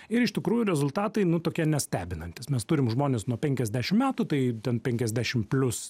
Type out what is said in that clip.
ir iš tikrųjų rezultatai nu tokie nestebinantys mes turime žmones nuo penkiasdešim metų tai ten penkiasdešim plius